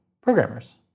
programmers